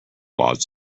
laws